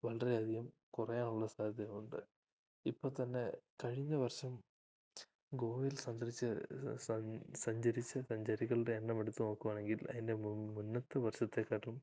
വളരെയധികം കുറയാനുള്ള സാധ്യത ഉണ്ട് ഇപ്പം തന്നെ കഴിഞ്ഞ വർഷം ഗോവയിൽ സന്ദർശിച്ച് സൻ സഞ്ചരിച്ച് സഞ്ചാരികളുടെ എണ്ണമെടുത്ത് നോക്കുവാണെങ്കിൽ അതിൻ്റെ മുന്നത്തെ വർഷത്തെ കാട്ടിലും